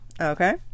Okay